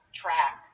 track